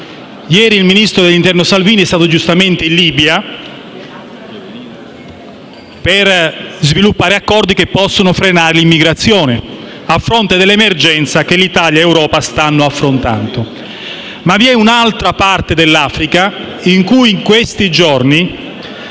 Ieri il ministro dell'interno Salvini è stato giustamente in Libia per sviluppare accordi volti a frenare l'immigrazione, a fronte dell'emergenza che Italia ed Europa stanno affrontando. Tuttavia, vi è un'altra parte dell'Africa in cui, in questi giorni,